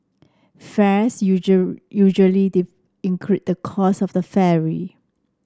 fares usually include the cost of the ferry